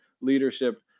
leadership